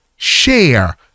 share